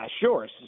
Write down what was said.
sure